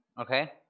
Okay